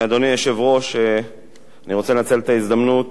אדוני היושב-ראש, אני רוצה לנצל את ההזדמנות